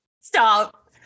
Stop